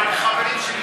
אבל חברים שלי,